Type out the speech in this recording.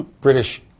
British